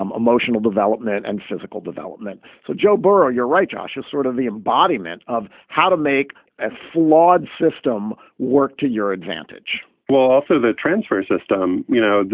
um emotional development and physical development. so, joe barra, you're right, josh is sort of the embodiment of how to make a flawed system work to your advantage well, also, the transfer system, you know,